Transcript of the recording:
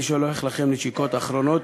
אני שולח לכם נשיקות אחרונות.